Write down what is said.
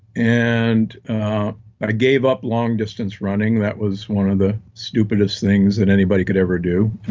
and but gave up long distance running, that was one of the stupidest things that anybody could ever do